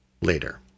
later